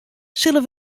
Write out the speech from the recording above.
sille